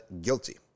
guilty